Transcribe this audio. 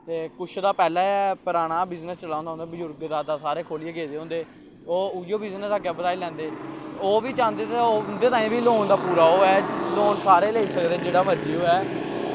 ते कुछ दा पैह्लें पराना बिज़नेस चला दा होंदा उं'दे बुजर्ग दा सारे खोह्ल्लियै गेदे होंदे ओह् उ'ऐ बिज़नेस अग्गें बधाई लैंदे ओह् बी चांहदे ते ओह् उं'दे ताईं बी लोन दा पूरा ओह् ऐ लोन सारे लेई सकदे जेह्ड़ा मर्ज़ी होऐ